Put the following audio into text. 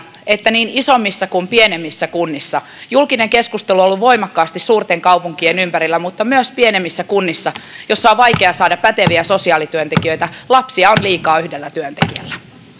että niin isommissa kuin pienemmissä kunnissa julkinen keskustelu on ollut voimakkaasti suurten kaupunkien ympärillä mutta myös pienemmissä kunnissa joissa on vaikea saada päteviä sosiaalityöntekijöitä lapsia on liikaa yhdellä työntekijällä